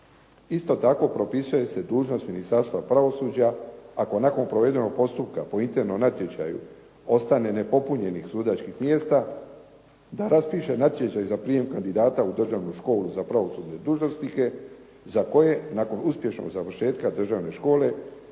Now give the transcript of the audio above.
Isto tako propisuje se dužnost Ministarstva pravosuđa ako nakon provedenog postupka po internom natječaju ostane nepopunjenih sudačkih mjesta da raspiše natječaj za prijem kandidata u državnu školu za pravosudne dužnosnike za koje nakon uspješnog završetka državne škole